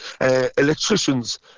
electricians